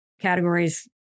categories